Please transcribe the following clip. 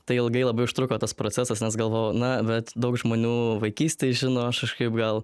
tai ilgai labai užtruko tas procesas nes galvojau na vet daug žmonių vaikystėj žino aš kažkaip gal